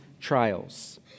trials